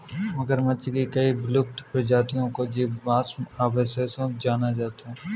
मगरमच्छ की कई विलुप्त प्रजातियों को जीवाश्म अवशेषों से जाना जाता है